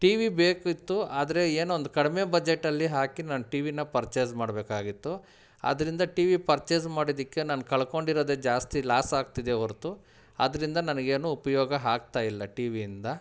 T V ಬೇಕಿತ್ತು ಆದರೆ ಏನೊಂದು ಕಡಿಮೆ ಬಜೆಟಲ್ಲಿ ಹಾಕಿ ನಾನು ಟಿ ವಿನ ಪರ್ಚೇಸ್ ಮಾಡಬೇಕಾಗಿತ್ತು ಆದ್ದರಿಂದ ಟಿ ವಿ ಪರ್ಚೇಸ್ ಮಾಡಿದಕ್ಕೆ ನಾನು ಕಳ್ಕೊಂಡಿರೋದೇ ಜಾಸ್ತಿ ಲಾಸ್ ಆಗ್ತಿದೆ ಹೊರತು ಅದರಿಂದ ನನಗೇನು ಉಪಯೋಗ ಆಗ್ತಾ ಇಲ್ಲ ಟಿ ವಿಯಿಂದ